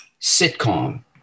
sitcom